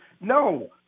no